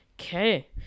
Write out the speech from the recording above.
Okay